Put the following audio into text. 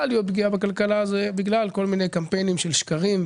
זה בגלל כל מיני קמפיינים של שקרים,